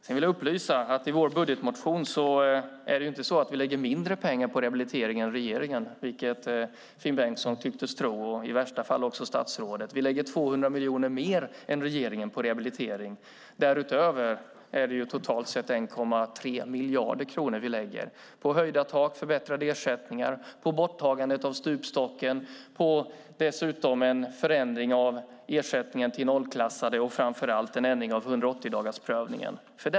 Jag vill upplysa om att vi inte lägger mindre pengar på rehabilitering i vår budgetmotion än regeringen, vilket Finn Bengtsson, och värsta fall också statsrådet, tycktes tro. Vi lägger 200 miljoner mer än regeringen på rehabilitering. Det är totalt sett 1,3 miljarder kronor vi lägger på höjda tak, förbättrade ersättningar, borttagande av stupstocken, en förändring av ersättningen till nollklassade och framför allt på en ändring av 180-dagarsprövningen.